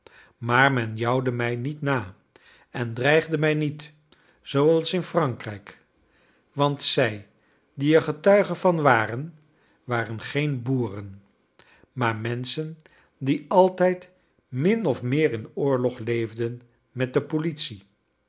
maar men jouwde mij niet na en dreigde mij niet zooals in frankrijk want zij die er getuigen van waren waren geen boeren maar menschen die altijd min of meer in oorlog leefden met de politie